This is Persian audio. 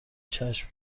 چشم